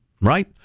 right